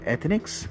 Ethnics